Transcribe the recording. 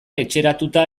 etxeratuta